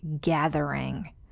gathering